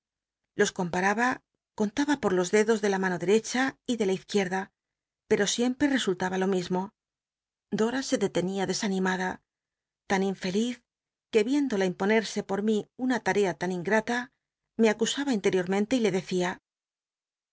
los compa aba con taba pot los dedo de la mano detecha y de la izquierda pero siempre resollaba lo mismo dora se detenía desanimada tan inreliz que iéndola imponerse por mí una tarea tan ingrata me acusaba interiormente y le fecia